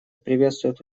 приветствует